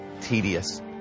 tedious